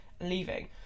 leaving